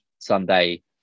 Sunday